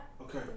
Okay